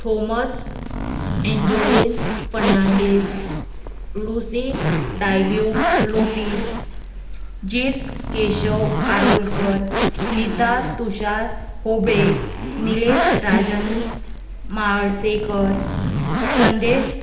Thomas Angeline Fernandes Lucy Dialuke Lopes Jeet Keshav Arolkar Nita Tushar Hube Nilesh Rajan Mhalsekar Sandesh